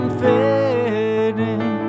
fading